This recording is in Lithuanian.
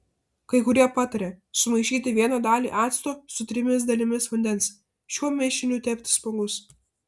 kai kurie pataria sumaišyti vieną dalį acto su trimis dalimis vandens šiuo mišiniu tepti spuogus